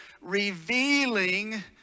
revealing